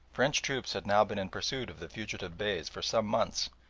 french troops had now been in pursuit of the fugitive beys for some months,